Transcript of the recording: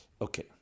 Okay